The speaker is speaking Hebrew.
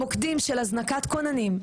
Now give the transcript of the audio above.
מוקדים של הזנקת כוננים,